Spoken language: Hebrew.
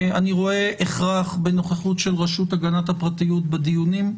אני רואה הכרח בנוכחות של רשות הגנת הפרטיות בדיונים.